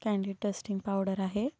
candid dusting powder आहे